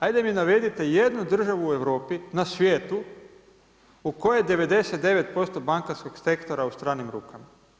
Ajde mi navedite jednu državu u Europi, na svijetu u kojoj je 99% bankarskog sektora u stranim rukama.